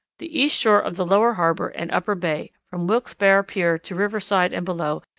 the east shore of the lower harbour and upper bay, from wilkesbarre pier to riverside and below,